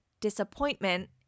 disappointment